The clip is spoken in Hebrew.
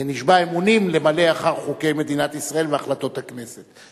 נשבע אמונים למלא אחר חוקי מדינת ישראל והחלטות הכנסת.